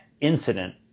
incident